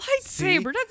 lightsaber